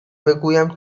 بگویم